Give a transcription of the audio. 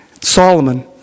Solomon